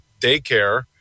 daycare